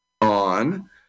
on